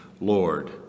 Lord